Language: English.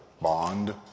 Bond